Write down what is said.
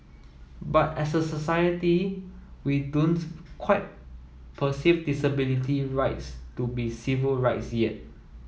but as a society we don't quite perceive disability rights to be civil rights yet